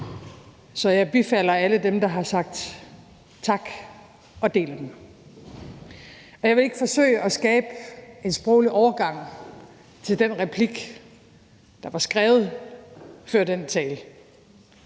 Så jeg bifalder alle dem, der har sagt tak, og deler den. Jeg vil ikke forsøge at skabe en sproglig overgang til den replik, der var skrevet før den tale,